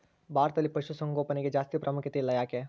ಭಾರತದಲ್ಲಿ ಪಶುಸಾಂಗೋಪನೆಗೆ ಜಾಸ್ತಿ ಪ್ರಾಮುಖ್ಯತೆ ಇಲ್ಲ ಯಾಕೆ?